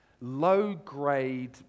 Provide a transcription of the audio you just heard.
low-grade